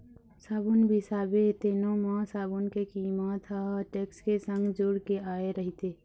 साबून बिसाबे तेनो म साबून के कीमत ह टेक्स के संग जुड़ के आय रहिथे